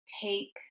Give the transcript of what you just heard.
take